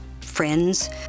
friends